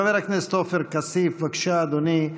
חבר הכנסת עופר כסיף, בבקשה, אדוני.